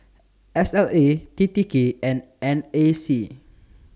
S L A T T K and N A C